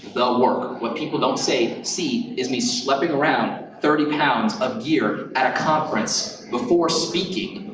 the work. what people don't see see is me schlepping around thirty pounds of gear at a conference before speaking,